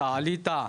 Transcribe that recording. אתה עלית,